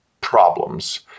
problems